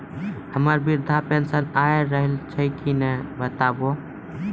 हमर वृद्धा पेंशन आय रहल छै कि नैय बताबू?